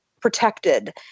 Protected